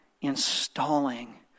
installing